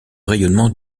rayonnement